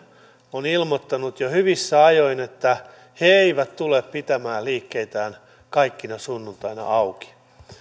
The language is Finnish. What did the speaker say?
on ilmoittanut jo hyvissä ajoin että he eivät tule pitämään liikkeitään kaikkina sunnuntaina auki